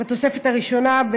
בתוספת הראשונה,